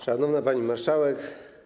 Szanowna Pani Marszałek!